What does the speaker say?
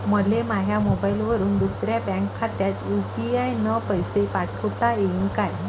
मले माह्या मोबाईलवरून दुसऱ्या बँक खात्यात यू.पी.आय न पैसे पाठोता येईन काय?